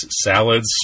salads